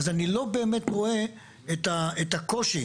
אז אני לא באמת רואה את הקושי.